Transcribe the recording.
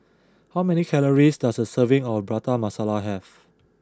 how many calories does a serving of Prata Masala have